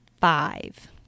five